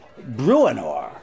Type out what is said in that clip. Bruinor